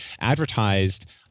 advertised